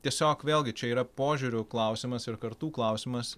tiesiog vėlgi čia yra požiūrių klausimas ir kartų klausimas